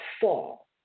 fall